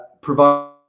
provide